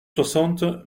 soixante